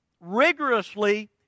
rigorously